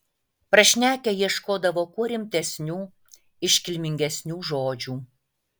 prašnekę ieškodavo kuo rimtesnių iškilmingesnių žodžių